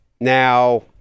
Now